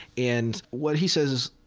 and what he says,